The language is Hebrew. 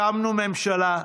הקמנו ממשלה,